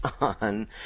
on